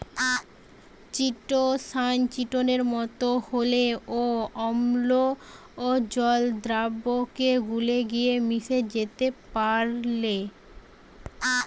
chitosan চিটোনের মতো হলেও অম্লজল দ্রাবকে গুলে গিয়ে মিশে যেতে পারেল